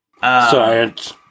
science